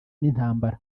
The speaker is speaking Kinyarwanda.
n’intambara